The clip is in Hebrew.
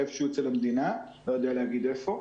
אצל המדינה אני לא יודע להגיד איפה.